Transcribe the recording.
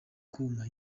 kumpa